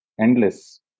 Endless